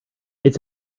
it’s